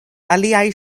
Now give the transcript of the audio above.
aliaj